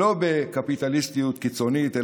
לא בקפיטליסטיות קיצונית,